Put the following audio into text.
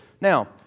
Now